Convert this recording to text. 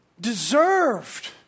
deserved